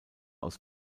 aus